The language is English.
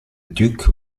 duke